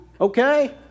Okay